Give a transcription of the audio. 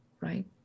right